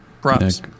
Props